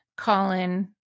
Colin